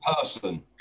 person